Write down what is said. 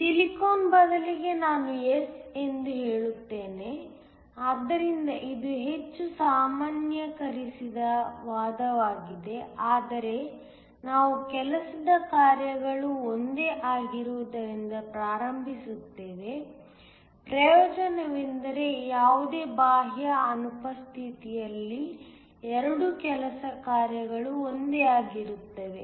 silicon ಬದಲಿಗೆ ನಾನು S ಎಂದು ಹೇಳುತ್ತೇನೆ ಆದ್ದರಿಂದ ಇದು ಹೆಚ್ಚು ಸಾಮಾನ್ಯೀಕರಿಸಿದ ವಾದವಾಗಿದೆ ಆದರೆ ನಾವು ಕೆಲಸದ ಕಾರ್ಯಗಳು ಒಂದೇ ಆಗಿರುವುದರಿಂದ ಪ್ರಾರಂಭಿಸುತ್ತೇವೆ ಪ್ರಯೋಜನವೆಂದರೆ ಯಾವುದೇ ಬಾಹ್ಯ ಅನುಪಸ್ಥಿತಿಯಲ್ಲಿ ಎರಡೂ ಕೆಲಸದ ಕಾರ್ಯಗಳು ಒಂದೇ ಆಗಿರುತ್ತವೆ